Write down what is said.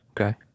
Okay